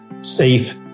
safe